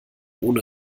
ohne